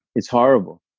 it's horrible.